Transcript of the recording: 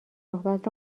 صحبت